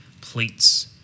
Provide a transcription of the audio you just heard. plates